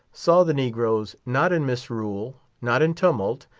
saw the negroes, not in misrule, not in tumult,